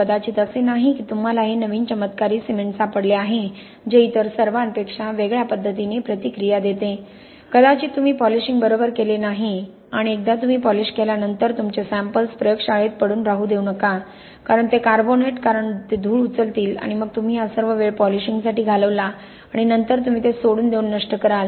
कदाचित असे नाही की तुम्हाला हे नवीन चमत्कारी सिमेंट सापडले आहे जे इतर सर्वांपेक्षा वेगळ्या पद्धतीने प्रतिक्रिया देते कदाचित तुम्ही पॉलिशिंग बरोबर केले नाही आणि एकदा तुम्ही पॉलिश केल्यानंतर तुमचे सॅम्पल्स प्रयोगशाळेत पडून राहू देऊ नका कारण ते कार्बोनेट कारण ते धूळ उचलतील आणि मग तुम्ही हा सर्व वेळ पॉलिशिंगसाठी घालवला आणि नंतर तुम्ही ते सोडून देऊन नष्ट कराल